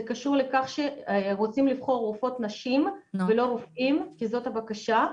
זה קשור לכך שרוצים לבחור רופאות נשים ולא רופאים כי זאת הבקשה.